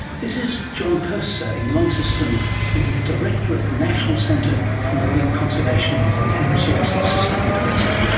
this is john purser in launceston where he is director of the national centre for marine conservation and resource sustainability.